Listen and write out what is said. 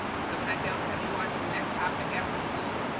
so can i have you ah to the next topic after schools?